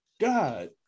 God